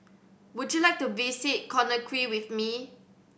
would you like to visit Conakry with me